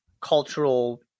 cultural